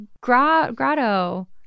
grotto